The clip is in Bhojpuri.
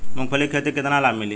मूँगफली के खेती से केतना लाभ मिली?